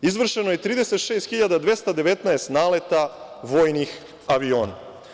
Izvršeno je 36.219 naleta vojnih aviona.